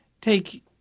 Take